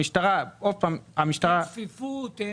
אין צפיפות?